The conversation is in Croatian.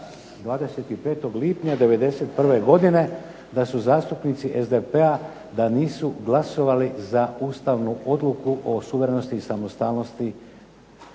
25. lipnja '91. godine da su zastupnici SDP-a da nisu glasovali za ustavnu odluku o suverenosti i samostalnosti